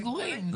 פיקדונות סגורים.